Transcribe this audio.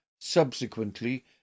Subsequently